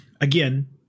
again